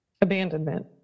Abandonment